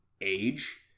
age